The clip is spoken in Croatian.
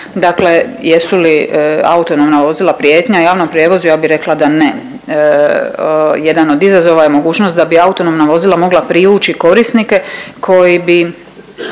Dakle, jesu li autonomna vozila prijetnja javnom prijevozu? Ja bi rekla da ne. Jedan od izazova je mogućnost da bi autonomna vozila mogla privući korisnike koji bi